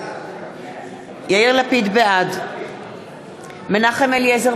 בעד מנחם אליעזר